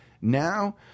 Now